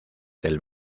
del